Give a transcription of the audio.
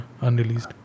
unreleased